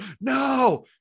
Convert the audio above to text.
no